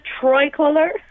tricolor